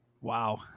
Wow